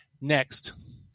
next